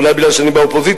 אולי כי אני באופוזיציה,